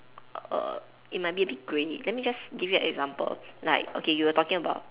err it might be a bit grainy let me just give you an example like okay you were talking about